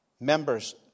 Members